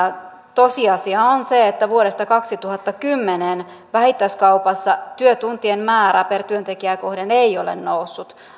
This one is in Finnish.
tosiasia on se että vuodesta kaksituhattakymmenen vähittäiskaupassa työtuntien määrä työntekijää kohden ei ole noussut